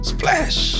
Splash